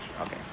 Okay